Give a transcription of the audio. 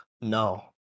No